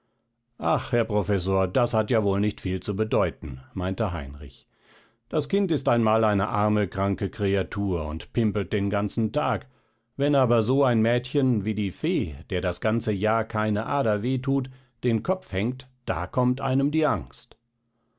ach herr professor das hat ja wohl nicht viel zu bedeuten meinte heinrich das kind ist einmal eine arme kranke kreatur und pimpelt den ganzen tag wenn aber so ein mädchen wie die fee der das ganze jahr keine ader weh thut den kopf hängt da kommt einem die angst